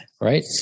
right